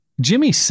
Jimmy